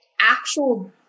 actual